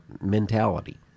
mentality